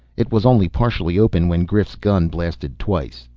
it was only partly open when grif's gun blasted twice.